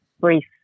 brief